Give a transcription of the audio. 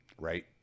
right